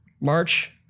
March